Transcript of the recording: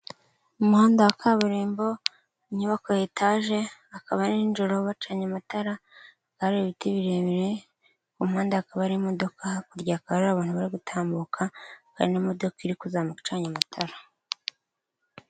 Umuhanda wa kaburimbo, inyubako ya etaje akaba ari nijoro bacanye amatara, hakaba hari ibiti birebire mu muhanda hakaba hari imodoka hakurya hakaba abantu bari gutambuka, hakaba n'imodoka iri kuzamuka icanye matara.